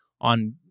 on